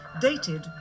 dated